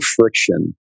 friction